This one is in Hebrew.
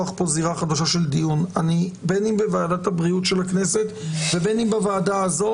הדיון על הפרמטרים הרפואיים של הבדיקה